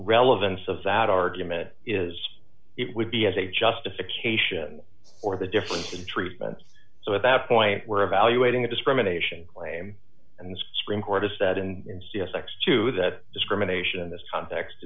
relevance of that argument is it would be as a justification for the difference in treatment so at that point we're evaluating a discrimination claim and scream korda said and c s x two that discrimination in this context